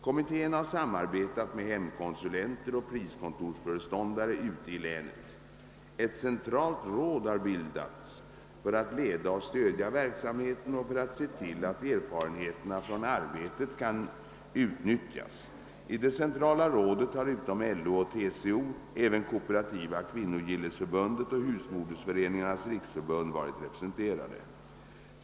Kommittéerna — har samarbetat med hemkonsulenter och priskontorsföreståndare ute i länen. Ett centralt råd har bildats för att leda och stödja verksamheten och för att se till att erfarenheterna från arbetet kan utnyttjas. I det centrala rådet har utom LO och TCO även Kooperativa kvinnogillesförbundet och Husmodersföreningarnas riksförbund varit representerade.